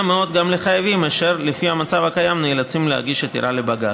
מאוד גם לחייבים אשר לפי המצב הקיים נאלצים להגיש עתירה לבג"ץ.